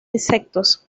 insectos